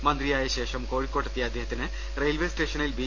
മന്ത്രിയായ ശേഷം കോഴിക്കോട്ടെത്തിയ അദ്ദേ ഹത്തിന് റെയിൽവേ സ്റ്റേഷനിൽ ബി